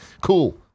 Cool